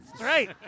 Right